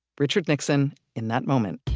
richard nixon, in that moment.